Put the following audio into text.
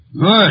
Good